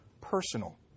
personal